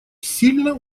сильно